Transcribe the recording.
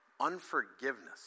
Unforgiveness